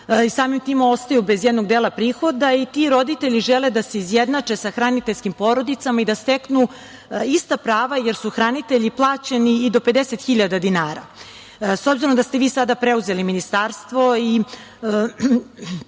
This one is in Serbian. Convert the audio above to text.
samim tim ostaju bez jednog dela prihoda. Ti roditelji žele da se izjednače sa hraniteljskim porodicama i da steknu ista prava, jer su hranitelji plaćeni i do 50.000 dinara.S obzirom da ste vi sada preuzeli ministarstvo i